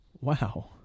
wow